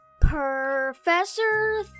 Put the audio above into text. Professor